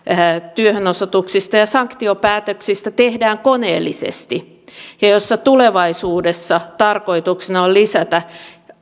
työhönosoituksista ja sanktiopäätöksistä tehdään koneellisesti ja jossa tulevaisuudessa tarkoituksena on lisätä